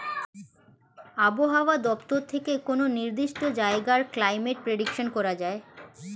আবহাওয়া দপ্তর থেকে কোনো নির্দিষ্ট জায়গার ক্লাইমেট প্রেডিকশন করা যায়